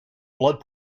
blood